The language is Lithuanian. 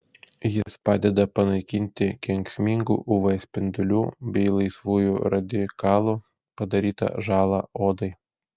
jis padeda panaikinti kenksmingų uv spindulių bei laisvųjų radikalų padarytą žalą odai